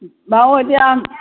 বাৰু এতিয়া